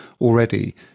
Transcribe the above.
already